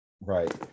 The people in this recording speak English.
Right